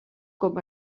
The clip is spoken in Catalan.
com